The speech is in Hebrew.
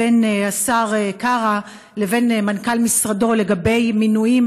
בין השר קרא לבין מנכ"ל משרדו לגבי מינויים